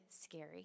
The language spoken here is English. scary